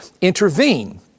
intervene